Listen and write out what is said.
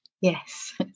Yes